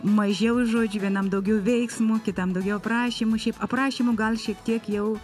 mažiau žodžių vienam daugiau veiksmo kitam daugiau aprašymų šiaip aprašymų gal šiek tiek jau